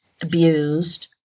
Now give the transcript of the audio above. abused